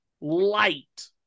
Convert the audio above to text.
Light